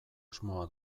asmoa